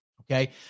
Okay